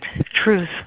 truth